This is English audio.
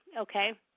Okay